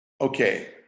Okay